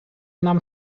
нам